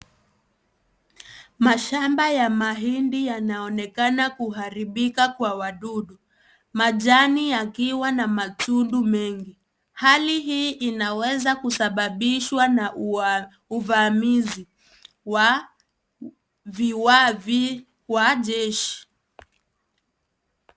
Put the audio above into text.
Mashamba ya mahidi yanaonekana kuharibika kwa wadudu. Majani yakiwa na matundu mengi. Hali hii, inaweza kusababishwa na uvamizi wa viwavi wa jeshi.